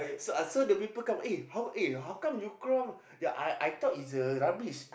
so uh so the people come eh how eh how come you ya I I thought is the rubbish